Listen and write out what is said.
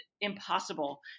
impossible